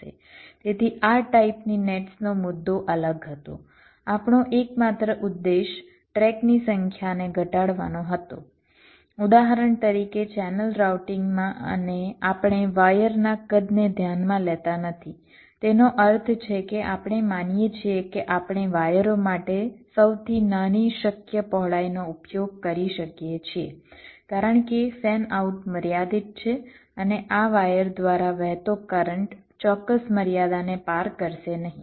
તેથી આ ટાઇપની નેટ્સનો મુદ્દો અલગ હતો આપણો એકમાત્ર ઉદ્દેશ ટ્રેક ની સંખ્યાને ઘટાડવાનો હતો ઉદાહરણ તરીકે ચેનલ રાઉટિંગ માં અને આપણે વાયર ના કદને ધ્યાનમાં લેતા નથી જેનો અર્થ છે કે આપણે માનીએ છીએ કે આપણે વાયરો માટે સૌથી નાની શક્ય પહોળાઈનો ઉપયોગ કરી શકીએ છીએ કારણ કે ફેન આઉટ મર્યાદિત છે અને આ વાયર દ્વારા વહેતો કરંટ ચોક્કસ મર્યાદાને પાર કરશે નહીં